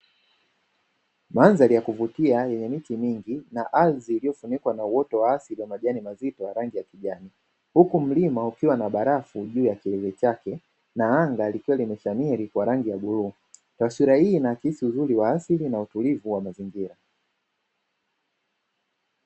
Mandhari ya kuvutia yenye miti mingi na ardhi iliyofunikwa na uoto wa asili wa majani mazito ya rangi ya kijani huku mlima ukiwa na barafu juu ya kilele chake na anga likiwa limeshamiri kwa wingu la rangi ya bluu. Taswira hii inaakisi uzuri wa asili na utulivu wa mazingira.